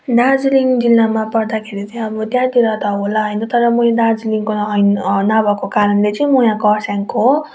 दार्जिलिङ जिल्लामा पढ्दाखेरि चाहिँ अब त्यहाँतिर त होला होइन तर म यहाँ दार्जिलिङको अन् नभएको कारणले चाहिँ म यहाँ कर्सियङको हो